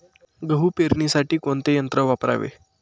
गहू पेरणीसाठी कोणते यंत्र वापरावे?